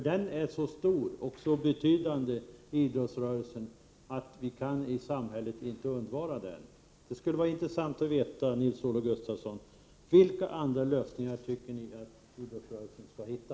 Den är en så betydande del av idrottsrörelsen att samhället inte kan undvara den. Det skulle vara intressant att veta vilka andra lösningar Nils-Olof Gustafsson tycker att vi skall hitta.